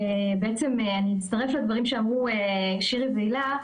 אני בעצם אצטרף לדברים שאמרו שירי והלה,